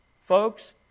Folks